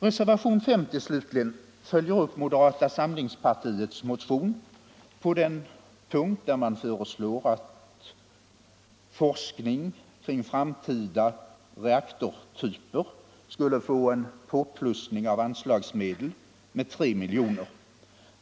Reservationen 50 slutligen följer upp moderata samlingspartiets motion på den punkt där man föreslår att forskning kring framtida reaktortyper skulle få en påplussning av anslagsmedel med 3 milj.kr.